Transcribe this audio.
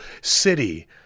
city